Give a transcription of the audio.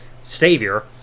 Savior